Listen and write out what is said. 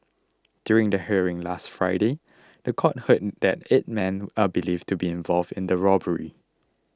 during the hearing last Friday the court heard that eight men are believed to be involved in the robbery